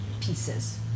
pieces